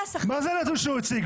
מה זה הנתון שהוא הציג,